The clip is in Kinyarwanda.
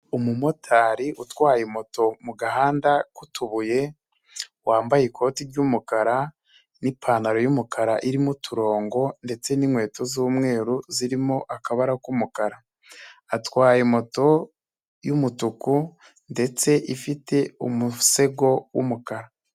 Umumotari utwaye moto mu gahanda k'utubuye wambaye ikoti ry'umukara n'ipantaro y'umukara irimo uturongo ndetse n'inkweto z'umweru zirimo akabara k'umukara atwaye moto y'umutuku ndetse ifite umusego w'umukara.